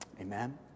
amen